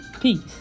Peace